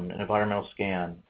an environmental scan,